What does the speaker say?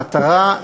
המטרה,